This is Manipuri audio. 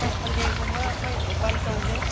ꯑꯁ ꯁꯟꯗꯦꯒꯨꯝꯕ ꯑꯩꯈꯣꯏ ꯕꯟ ꯇꯧꯗꯦ